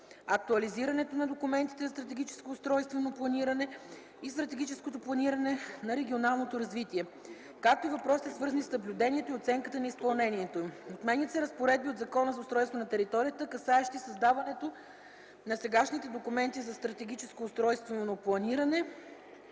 актуализирането на документи за стратегическото устройствено планиране и стратегическото планиране на регионалното развитие, както и въпросите, свързани с наблюдението и оценката на изпълнението им. Отменят се разпоредби от Закона за устройството на територията, касаещи създаването на сегашните документи за стратегическо устройствено планиране.